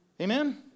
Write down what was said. Amen